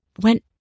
went